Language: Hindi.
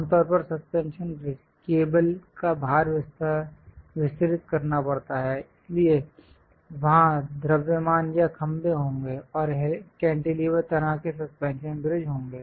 आमतौर पर सस्पेंशन ब्रिज केबल का भार वितरित करना पड़ता है इसलिए वहाँ द्रव्यमान या खंभे होंगे और कैंटिलीवर तरह के सस्पेंशन ब्रिज होंगे